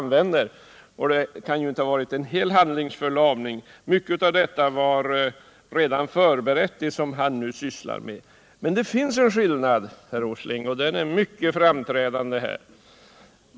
Och handlingsförlamningen kan ju inte ha varit total. Mycket av det herr Åsling nu sysslar med var förberett redan innan. Men det finns en skillnad mellan de olika regeringarna, herr Åsling, och den är mycket framträdande.